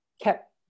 kept